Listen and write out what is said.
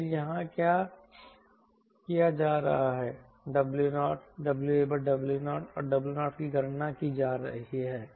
लेकिन यहाँ क्या किया जा रहा है 𝑊0 We W0 और 𝑊0 की गणना की जा रही है